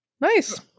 Nice